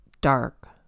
dark